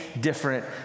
different